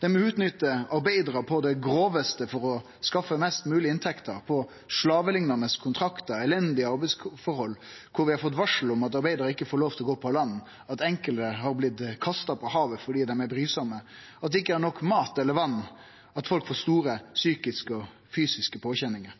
Dei utnyttar arbeidarar på det grovaste for å skaffe seg mest mogleg inntekter på slaveliknande kontraktar og elendige arbeidsforhold, der vi har fått varsel om at arbeidarar ikkje får lov til å gå på land, at enkelte er blitt kasta på havet fordi dei er brysame, at det ikkje er nok mat eller vatn, at folk får store